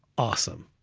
awesome.